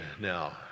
now